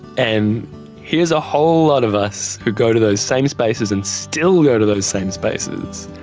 and here's a whole lot of us who go to those same spaces and still go to those same spaces,